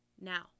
now